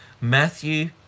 matthew